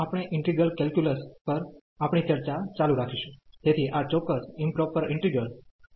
અને આપણે integral calculus પર આપણી ચર્ચા ચાલુ રાખીશું તેથી આ ચોક્કસ ઈમપ્રોપર ઇન્ટિગ્રલ પ્રકાર 1 માં